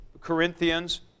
Corinthians